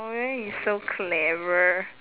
why you so clever